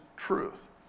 truth